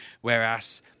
Whereas